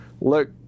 Look